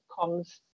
comes